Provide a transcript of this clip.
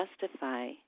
justify